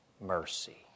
mercy